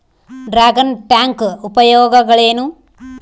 Dragon tank ಉಪಯೋಗಗಳೇನು?